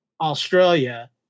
Australia